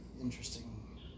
interesting